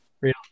Real